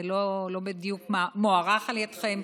זה לא בדיוק מוערך על ידכם,